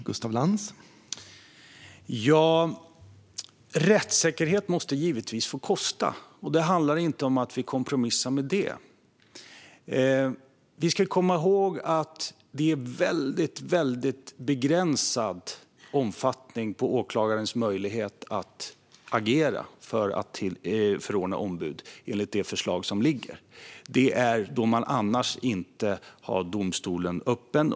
Herr talman! Rättssäkerhet måste givetvis få kosta. Det handlar inte om att vi skulle kompromissa med det. Man ska komma ihåg att det enligt det förslag som ligger är väldigt begränsad omfattning på åklagarens möjlighet att agera för att förordna ombud. Det kan ske då domstolen annars inte är öppen.